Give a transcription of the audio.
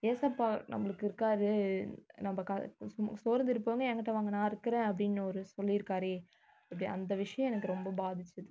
ஏசப்பா நம்மளுக்கு இருக்கார் நம்ப கா சோர்ந்திருப்பவங்கள் எங்கிட்ட வாங்க நான் இருக்கிறேன் அப்படின்னு அவர் சொல்லிருக்காரே அப்படி அந்த விஷயம் எனக்கு ரொம்ப பாதிச்சது